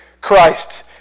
Christ